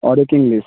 और एक इंग्लिश